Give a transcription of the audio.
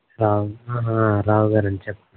రావుగారండి చెప్పండి